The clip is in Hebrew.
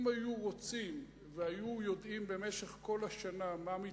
אם היו רוצים והיו יודעים במשך כל השנה מה מתרחש,